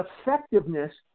effectiveness